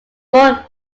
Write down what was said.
more